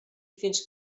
fins